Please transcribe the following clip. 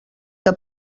que